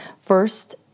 First